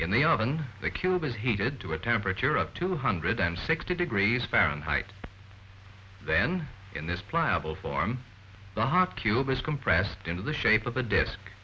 in the oven the cube is heated to a temperature of two hundred and sixty degrees fahrenheit then in this pliable form the hot cube is compressed into the shape of a desk